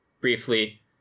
briefly